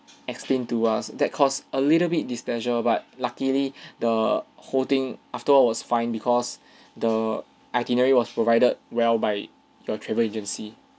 explain to us that cost a little bit displeasure but luckily the whole thing after all was fine because the itinerary was provided well by your travel agency